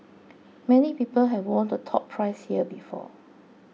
many people have won the top prize here before